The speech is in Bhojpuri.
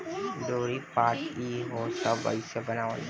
डोरी, पाट ई हो सब एहिसे बनावल जाला